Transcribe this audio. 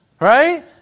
Right